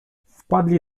wpadli